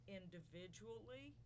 individually